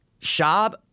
Shab